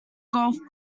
golf